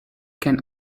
can